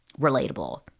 relatable